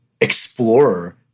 explorer